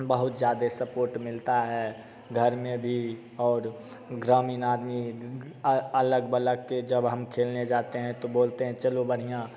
बहुत जादे सपोर्ट मिलता है घर में भी और ग्रामीण आदमी अ अगल बगल के जब हम खेलने जाते हैं तो बोलते हैं चलो बढ़िया